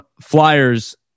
flyers